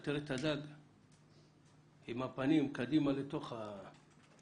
אתה תראה את הדג עם הפנים קדימה לתוך ---.